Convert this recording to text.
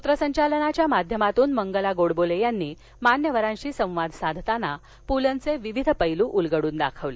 सूत्रसंचालनाच्या माध्यमातून मंगला गोडबोले यांनी मान्यवरांशी संवाद साधताना पूलंचे विविध पैलू उलगडून दाखवले